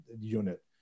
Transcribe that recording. unit